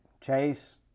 Chase